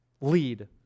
lead